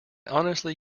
honestly